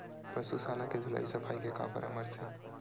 पशु शाला के धुलाई सफाई के का परामर्श हे?